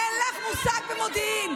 אין לך מושג במודיעין.